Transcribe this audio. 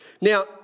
Now